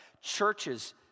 Churches